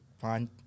find